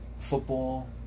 Football